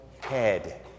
head